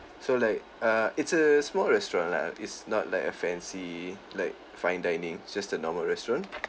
so like uh it's a small restaurant lah is not like a fancy like fine dining it's just a normal restaurant